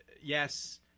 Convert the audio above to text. Yes